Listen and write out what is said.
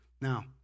Now